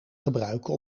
gebruiken